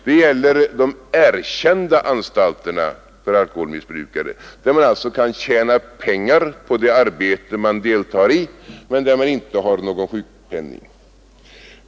Det gäller de erkända anstalterna för alkoholmissbrukare, där man alltså kan tjäna pengar på det arbete man deltar i men där man inte har någon sjukpenning.